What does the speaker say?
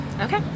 okay